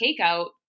takeout